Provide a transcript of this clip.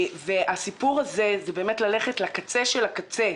הסיפור הזה הוא באמת ללכת לקצה של הקצה.